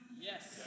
Yes